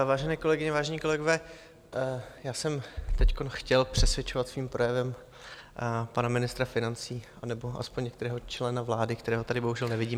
Vážené kolegyně, vážení kolegové, já jsem teď chtěl přesvědčovat svým projevem pana ministra financí nebo aspoň některého člena vlády, kterého tady bohužel nevidím.